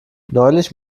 neulich